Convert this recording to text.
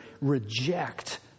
reject